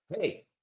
Hey